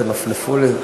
תנפנפו לי.